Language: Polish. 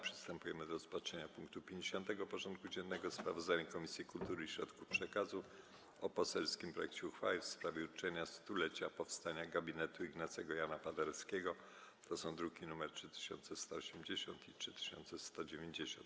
Przystępujemy do rozpatrzenia punktu 50. porządku dziennego: Sprawozdanie Komisji Kultury i Środków Przekazu o poselskim projekcie uchwały w sprawie uczczenia 100-lecia powstania gabinetu Ignacego Jana Paderewskiego (druki nr 3180 i 3190)